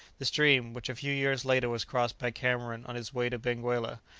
the stream, which a few years later was crossed by cameron on his way to benguela,